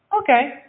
okay